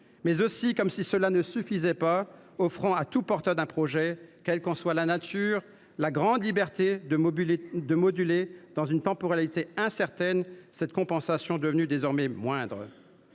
offre aussi, comme si cela ne suffisait pas, à tout porteur d’un projet, quelle qu’en soit la nature, la grande liberté de moduler, dans une temporalité incertaine, la compensation, désormais réduite.